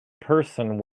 person